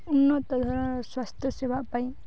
ଉନ୍ନତଧରଣର ସ୍ୱାସ୍ଥ୍ୟ ସେବା ପାଇଁ